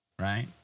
Right